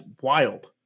wild